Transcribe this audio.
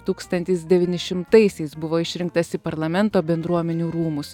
tūkstantis devyni šimtaisiais buvo išrinktas į parlamento bendruomenių rūmus